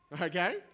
Okay